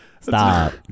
Stop